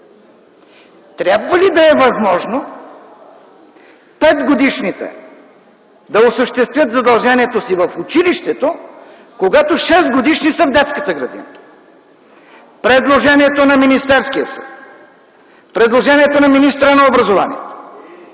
трябва ли да е възможно 5-годишните да осъществят задължението си в училището, когато 6-годишни са в детската градина? Предложението на Министерския съвет, предложението на министъра на образованието